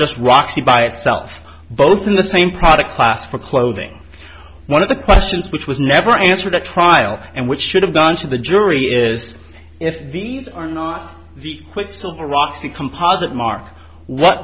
just roxy by itself both in the same product class for clothing one of the questions which was never answered at trial and which should have gone to the jury is if these are not the quicksilver razzi composite mark what